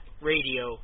radio